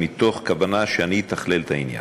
מתוך כוונה שאני אתכלל את העניין.